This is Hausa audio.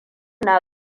na